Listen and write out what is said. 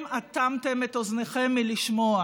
אני מברך